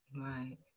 Right